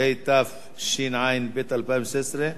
התשע"ב 2012,